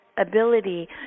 ability